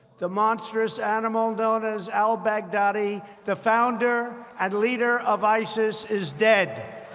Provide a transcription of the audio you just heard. the monstrous animal known as al-baghdadi, the founder and leader of isis, is dead.